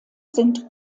sind